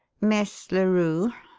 miss larue?